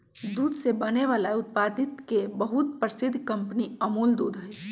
दूध से बने वाला उत्पादित के बहुत प्रसिद्ध कंपनी अमूल दूध हई